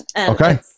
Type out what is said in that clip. Okay